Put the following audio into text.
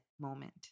moment